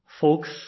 folks